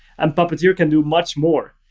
and puppeteer can do much more.